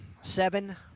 Seven